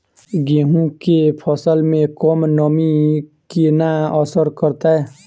गेंहूँ केँ फसल मे कम नमी केना असर करतै?